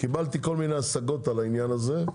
קיבלתי כל מיני השגות על העניין הזה.